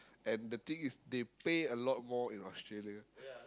and the thing is they pay a lot more in Australia